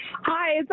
Hi